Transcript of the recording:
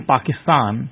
Pakistan